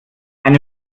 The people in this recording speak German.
eine